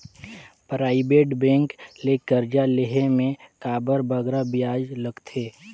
private bank ले करजा लेहे में काबर बगरा बियाज लगथे